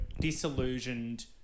disillusioned